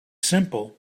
simple